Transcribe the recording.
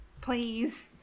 Please